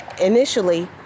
initially